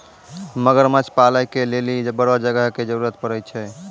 मगरमच्छ पालै के लेली बड़ो जगह के जरुरत पड़ै छै